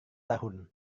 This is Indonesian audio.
tahun